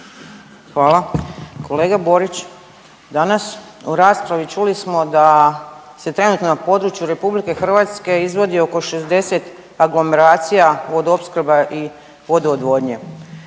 Hvala. Kolega Borić danas u raspravi čuli smo da se trenutno na području Republike Hrvatske izvodi oko 60 aglomeracija vodoopskrba i vodoodvodnje.